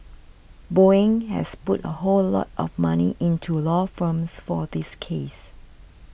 Boeing has put a whole lot of money into law firms for this case